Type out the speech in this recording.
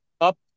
up